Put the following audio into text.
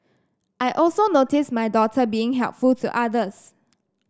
I also notice my daughter being helpful to others